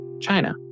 China